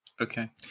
Okay